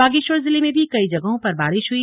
बागेश्वर जिले में भी कई जगहों पर बारिश हुई